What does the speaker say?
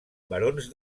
barons